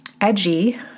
edgy